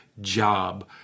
job